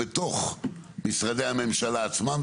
בתוך משרדי הממשלה עצמם.